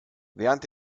während